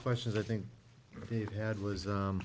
questions i think they've had was